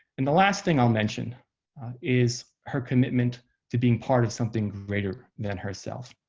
and the last thing i'll mention is her commitment to being part of something greater than herself.